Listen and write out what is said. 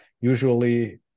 usually